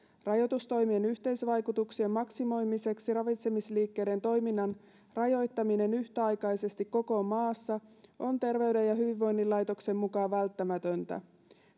rajoitustoimien yhteisvaikutuksien maksimoimiseksi ravitsemisliikkeiden toiminnan rajoittaminen yhtäaikaisesti koko maassa on terveyden ja hyvinvoinnin laitoksen mukaan välttämätöntä